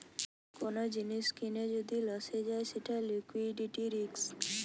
কোন জিনিস কিনে যদি লসে যায় সেটা লিকুইডিটি রিস্ক